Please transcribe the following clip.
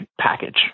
package